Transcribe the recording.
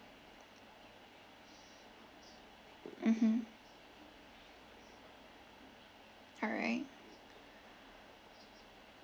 mmhmm alright